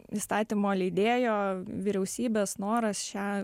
įstatymo leidėjo vyriausybės noras šią